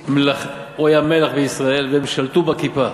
הוא היה מלך בישראל והם שלטו בכיפה.